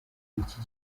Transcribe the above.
iki